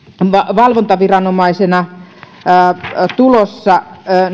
valvontaviranomaisena tulossa